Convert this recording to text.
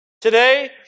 today